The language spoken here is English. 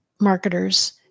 marketers